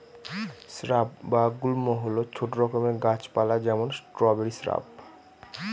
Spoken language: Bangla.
স্রাব বা গুল্ম হল ছোট রকম গাছ পালা যেমন স্ট্রবেরি শ্রাব